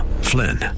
Flynn